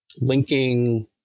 linking